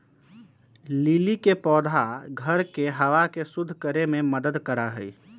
lily के पौधा घर के हवा के शुद्ध करे में मदद करा हई